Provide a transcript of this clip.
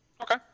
Okay